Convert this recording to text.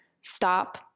stop